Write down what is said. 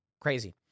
Crazy